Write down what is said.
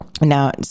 Now